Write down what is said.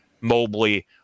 Mobley